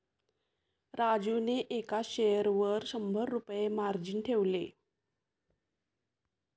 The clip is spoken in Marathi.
राजूने एका शेअरवर शंभर रुपये मार्जिन ठेवले